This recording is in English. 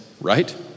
Right